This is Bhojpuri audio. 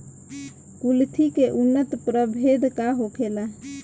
कुलथी के उन्नत प्रभेद का होखेला?